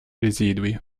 residui